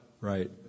Right